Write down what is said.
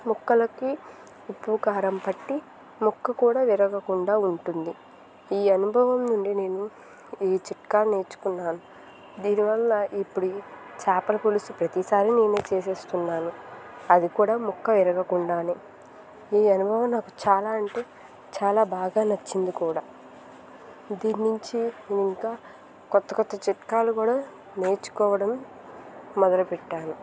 ముక్కలకి ఉప్పు కారం పట్టి ముక్క కూడా విరగకుండా ఉంటుంది ఈ అనుభవం నుండి నేను ఈ చిట్కా నేర్చుకున్నాను దీనివల్ల ఇప్పుడు చేపల పులుసు ప్రతిసారి నేనే చేసేస్తున్నాను అది కూడా ముక్క విరగకుండానే ఈ అనుభవం నాకు చాలా అంటే చాలా బాగా నచ్చింది కూడా దీన్నించి నేను ఇంకా కొత్త కొత్త చిట్కాలు కూడా నేర్చుకోవడం మొదలు పెట్టాను